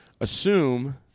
Assume